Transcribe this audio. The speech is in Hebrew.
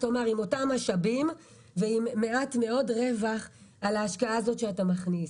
כלומר עם אותם משאבים ועם מעט מאוד רווח על ההשקעה שלך.